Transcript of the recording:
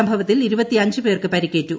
സംഭവത്തിൽ പേർക്ക് പരിക്കേറ്റു